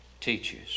teaches